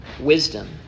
wisdom